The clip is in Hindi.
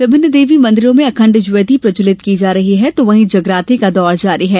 विभिन्न देवी मंदिरों में अखण्ड ज्योति प्रज्वलित की जा रही है तो वहीं रतजगा का दौर जारी है